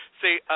see